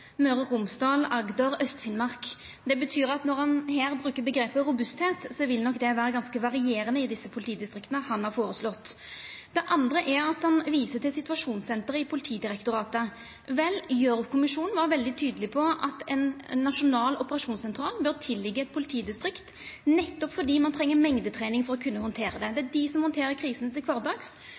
Møre og Romsdal, Agder og Aust-Finnmark. Det betyr at når han her brukar omgrepet «robusthet», vil nok det vera ganske varierande i dei politidistrikta han har foreslått. Det andre er at han viser til situasjonssenteret i Politidirektoratet. Vel, Gjørv-kommisjonen var veldig tydeleg på at ein nasjonal operasjonssentral bør høyra inn under eit politidistrikt, nettopp fordi ein treng mengdetrening for å kunna handtera det. Det er dei som handterer krisa til kvardags,